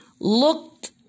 looked